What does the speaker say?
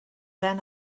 then